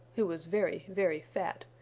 who was very, very fat,